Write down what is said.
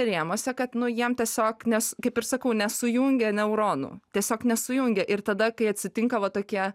rėmuose kad jiem tiesiog nes kaip ir sakau nesujungia neuronų tiesiog nesujungia ir tada kai atsitinka va tokie